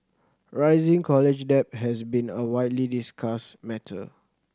rising college debt has been a widely discussed matter